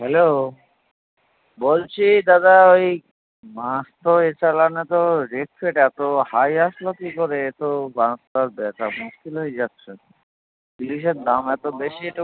hello বলছি দাদা ওই মাছ তো এ চালানে তো রেট ফেট এতো হাই আসলো কী করে এ তো মাছ টাছ দেখা মুশকিল যাচ্ছে না একসাথে জিনিসের দাম এতো বেশি এতো